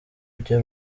bya